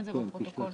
נעול.